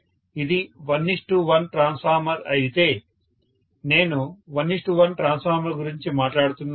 ఇది 11 ట్రాన్స్ఫార్మర్ అయితే నేను 11 ట్రాన్స్ఫార్మర్ గురించి మాట్లాడుతున్నాను